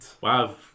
Wow